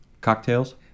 cocktails